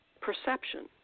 perception